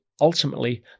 ultimately